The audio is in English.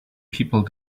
people